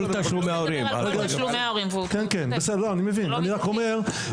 אני רק אומר,